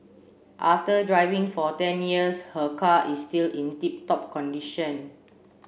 after driving for ten years her car is still in tip top condition